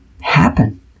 happen